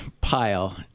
pile